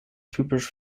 typisch